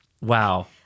Wow